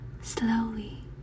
slowly